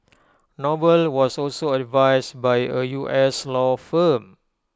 noble was also advised by A U S law firm